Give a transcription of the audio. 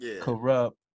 corrupt